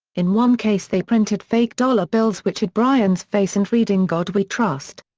in one case they printed fake dollar bills which had bryan's face and read in god we trust.